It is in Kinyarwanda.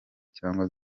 cyangwa